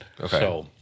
Okay